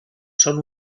són